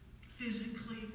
physically